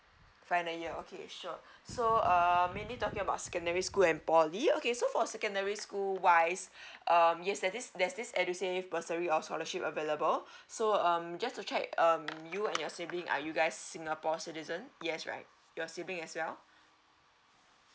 final year okay sure so uh mainly talking about secondary school and poly okay so for secondary school wise um yes there's this there's this edusave bursary or scholarship available so um just to check um you and your sibling are you guys singapore citizen yes right your sibling as well